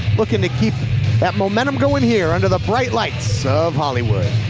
looking to keep that momentum going here under the bright lights of hollywood.